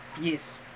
Yes